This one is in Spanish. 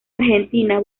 argentina